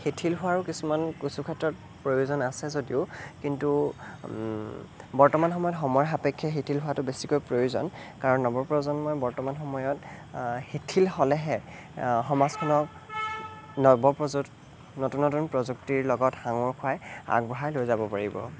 শিথিল হোৱাৰো কিছুমান কিছু ক্ষেত্ৰত প্ৰয়োজন আছে যদিও কিন্তু বৰ্তমান সময়ত সময় সাপেক্ষে শিথিল হোৱাটো বেছিকৈ প্ৰয়োজন কাৰণ নৱপ্ৰজন্ময়ে বৰ্তমান সময়ত শিথিল হ'লেহে সমাজখনক নতুন নতুন প্ৰযুক্তিৰ লগত সাঙোৰ খোৱাই আগবঢ়াই লৈ যাব পাৰিব